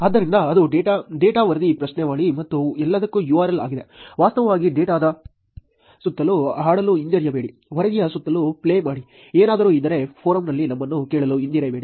ಆದ್ದರಿಂದ ಅದು data data ವರದಿ ಪ್ರಶ್ನಾವಳಿ ಮತ್ತು ಎಲ್ಲದಕ್ಕೂ URL ಆಗಿದೆ ವಾಸ್ತವವಾಗಿ ಡೇಟಾದ ಸುತ್ತಲೂ ಆಡಲು ಹಿಂಜರಿಯಬೇಡಿ ವರದಿಯ ಸುತ್ತಲೂ ಪ್ಲೇ ಮಾಡಿ ಏನಾದರೂ ಇದ್ದರೆ ಫೋರಂನಲ್ಲಿ ನಮ್ಮನ್ನು ಕೇಳಲು ಹಿಂಜರಿಯಬೇಡಿ